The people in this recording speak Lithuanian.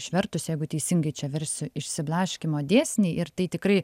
išvertus jeigu teisingai čia versiu išsiblaškymo dėsniai ir tai tikrai